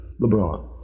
LeBron